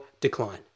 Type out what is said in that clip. decline